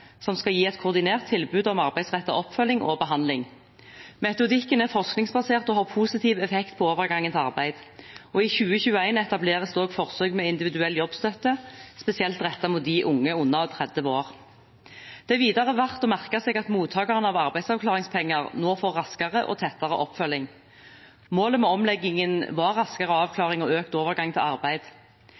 som skal gi et koordinert tilbud om arbeidsrettet oppfølging og behandling. Metodikken er forskningsbasert og har positiv effekt på overgangen til arbeid. I 2021 etableres det også forsøk med individuell jobbstøtte spesielt rettet mot unge under 30 år. Det er videre verdt å merke seg at mottakerne av arbeidsavklaringspenger nå får raskere og tettere oppfølging. Målet med omleggingen var raskere avklaring og økt overgang til arbeid.